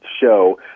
show